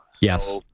Yes